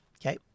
Okay